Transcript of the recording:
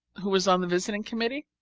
who is on the visiting committee,